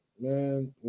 man